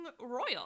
royal